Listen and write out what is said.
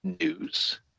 news